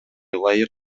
ылайык